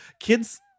Kids